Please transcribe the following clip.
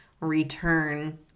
Return